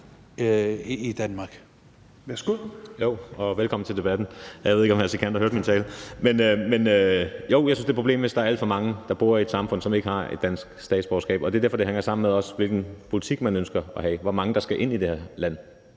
i Danmark. Derfor